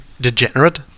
degenerate